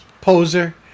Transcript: Poser